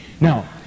Now